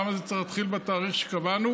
למה זה צריך להתחיל בתאריך שקבענו.